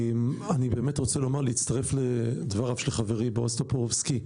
אני רוצה להצטרף לדבריו של חברי בועז טופורובסקי.